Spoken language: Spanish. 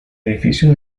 edificio